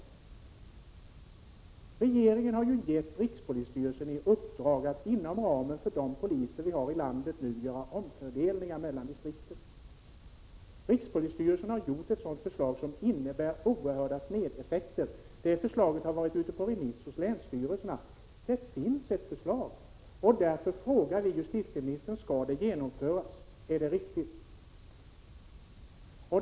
Regeringen har givit rikspolisstyrelsen i uppdrag att inom ramen för de polisresurser vi har i landet göra omfördelningar mellan distrikten. Rikspolisstyrelsen har lagt fram ett sådant förslag, som leder till oerhörda snedeffekter. Det förslaget har varit ute på remiss hos länsstyrelserna. Alltså finns det ett förslag. Därför frågar jag justitieministern: Skall förslaget genomföras?